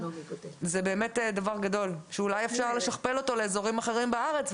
זה דבר גדול שאולי אפשר לשכפל אותו לאזורים אחרים בארץ.